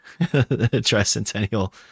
tricentennial